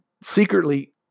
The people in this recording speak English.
secretly